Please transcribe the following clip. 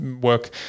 work